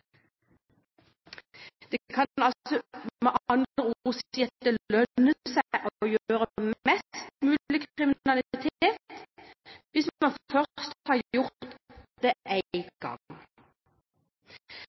altså med andre ord si at det lønner seg å gjøre mest mulig kriminalitet hvis man først har gjort det